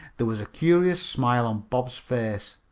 there was a curious smile on bob's face,